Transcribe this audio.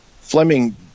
Fleming